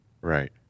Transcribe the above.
Right